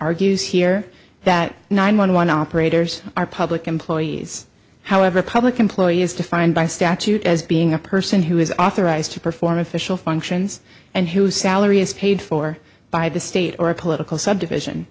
argues here that nine one one operators are public employees however public employee is defined by statute as being a person who is authorized to perform official functions and whose salary is paid for by the state or a political subdivision